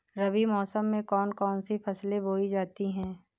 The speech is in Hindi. रबी मौसम में कौन कौन सी फसलें बोई जाती हैं?